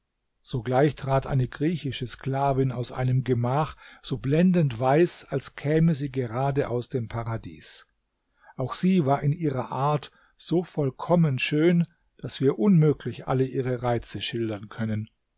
sogleich trat eine griechische sklavin aus einem gemach so blendend weiß als käme sie gerade aus dem paradies auch sie war in ihrer art so vollkommen schön daß wir unmöglich alle ihre reize schildern können